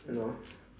hello